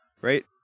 right